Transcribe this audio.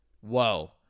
Whoa